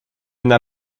n’a